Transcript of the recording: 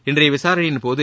இன்றைய விசாரணையின்போது